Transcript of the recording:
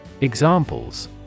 Examples